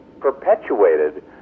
perpetuated